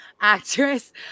actress